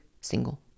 single